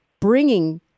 bringing